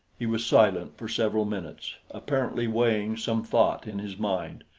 he was silent for several minutes, apparently weighing some thought in his mind.